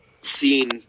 seen